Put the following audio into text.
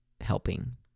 helping